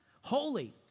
Holy